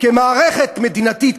כמערכת מדינתית,